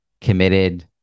committed